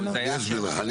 אני אסביר לך אחר כך.